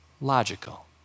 Logical